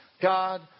God